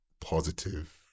positive